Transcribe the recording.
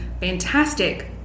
fantastic